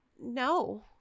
no